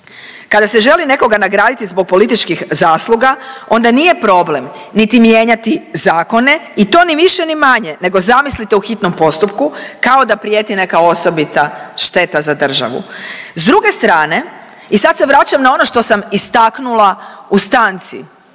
Kada se želi nekoga nagraditi zbog političkih zasluga onda nije problem niti mijenjati zakone i to ni više ni manje nego zamislite u hitnom postupku kao da prijeti neka osobita šteta za državu. S druge strane, i sad se vraćam na ono što sam istaknula u stanci,